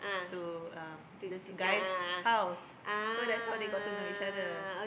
to um this guy's house so that's how they got to know each other